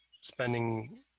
spending